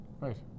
Right